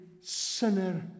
sinner